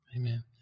Amen